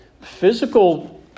Physical